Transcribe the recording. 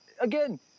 again